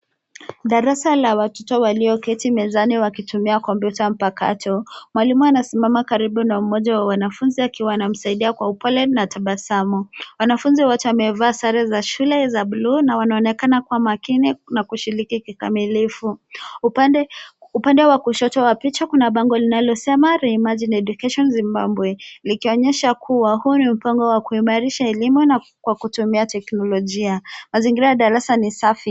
Darasa la watoto walioketi mezani wakitumia komputa mpakato. Mwalimu anasimama karibu na mmoja wa wanafunzi akiwa anamsaidia kwa upole na tabasamu. Wanafunzi wote wamevaa sare za shule za bluu na wanaonekana kuwa makini na kushiriki kikamilifu. Upande wa kushoto wa picha kuna bango linalosema Rein Margin Education Zimbabwe likionyesha kuwa huu ni mpango wa kuimarisha elimu kwa kutumia teknolojia. Mazingira ya darasa ni safi.